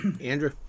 Andrew